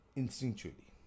instinctually